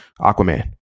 Aquaman